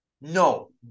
No